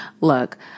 look